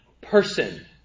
person